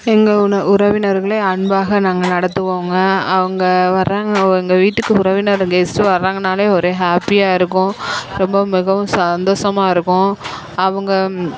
எங்கள் உன உறவினர்களை அன்பாக நாங்கள் நடத்துவோங்க அவங்க வராங்க எங்கள் வீட்டுக்கு உறவினர் கெஸ்ட் வரங்கனாலே ஒரே ஹேப்பியாக இருக்கும் ரொம்பவும் மிகவும் சந்தோஷமா இருக்கும் அவங்க